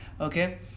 Okay